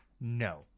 No